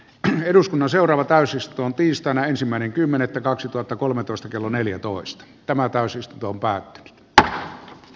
tämän eduskunnan seuraava täysistuntoon tiistaina ensimmäinen kymmenettä kaksituhattakolmetoista kello neljätoista tämä täysistunto päätti että keskeytetään